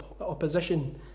opposition